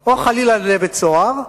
או חלילה לבית-סוהר,